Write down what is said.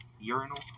Urinal